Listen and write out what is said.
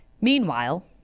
Meanwhile